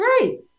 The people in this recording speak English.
Great